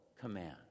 command